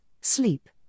sleep